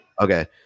Okay